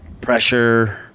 Pressure